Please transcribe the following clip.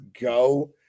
go